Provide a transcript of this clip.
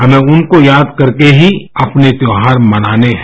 हमें उनको याद करके ही अपने त्यौहार मनाने हैं